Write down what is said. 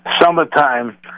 summertime